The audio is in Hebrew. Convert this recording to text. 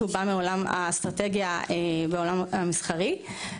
שהוא בא מעולם האסטרטגיה בעולם המסחרי.